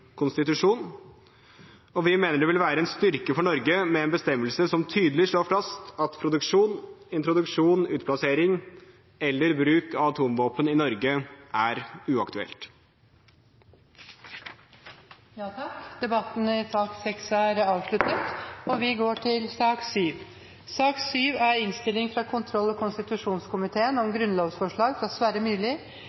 Vi mener det ville være en styrke for Norge med en bestemmelse som tydelig slår fast at produksjon, introduksjon, utplassering eller bruk av atomvåpen i Norge er uaktuelt. Flere har ikke bedt om ordet til sak nr. 6. Jeg vil bare kort ta ordet og vise til